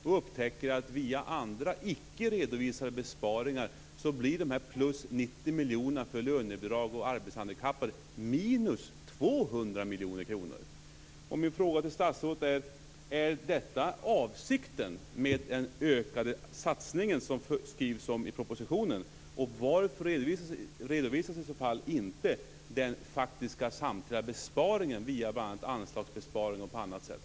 Då upptäcker vi att via andra icke redovisade besparingar blir dessa ytterligare 90 miljonerna för lönebidrag och arbetshandikappade minus 200 miljoner kronor. Min fråga till statsrådet är: Är detta avsikten med den ökade satsningen som det skrivs om i propositionen, och varför redovisas i så fall inte den faktiska totala besparingen via bl.a. anslagsbesparingar och på annat sätt?